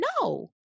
no